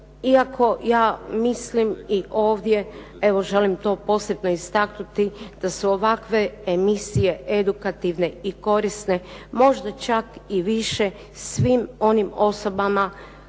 Iako ja mislim, i ovdje evo želim to posebno istaknuti, da su ovakve emisije edukativne i korisne možda čak i više svim onim osobama,